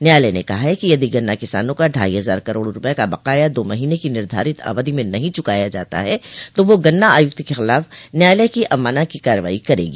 न्यायालय ने कहा है कि यदि गन्ना किसानों का ढाई हजार करोड़ रूपये का बक़ाया दो महीने की निर्धारित अवधि में नहीं चुकाया जाता है तो वह गन्ना आयुक्त के खिलाफ़ न्यायालय की अवमानना की कार्रवाई करेगी